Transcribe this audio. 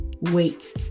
Wait